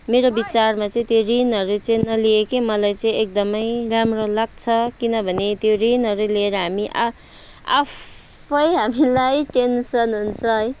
मेरो विचारमा चाहिँ त्यो ऋणहरू चाहिँ नलिएकै मलाई चाहिँ एकदमै राम्रो लाग्छ किनभने त्यो ऋणहरू लिएर हामी आफ् आफै हामीलाई टेन्सन हुन्छ है